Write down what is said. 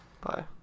Bye